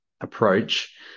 approach